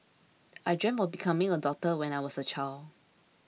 I dreamt of becoming a doctor when I was a child